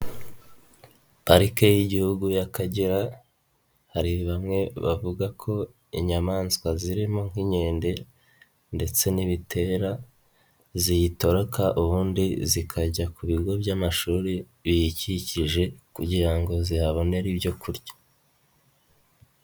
Parike y'igihugu y'akagera, hari bamwe bavuga ko inyamaswa zirimo nk'inkende ndetse n'ibitera, ziyitoroka ubundi zikajya ku bigo by'amashuri biyikikije kugira ngo zihabonere ibyo kurya.